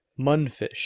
Munfish